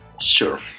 Sure